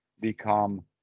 become